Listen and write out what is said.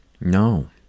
No